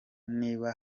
niba